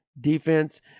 defense